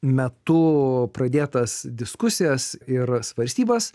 metu pradėtas diskusijas ir svarstybas